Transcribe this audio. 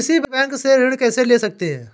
किसी बैंक से ऋण कैसे ले सकते हैं?